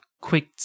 quick